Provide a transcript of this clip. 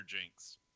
jinx